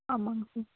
ஆமாம்ங்க சார்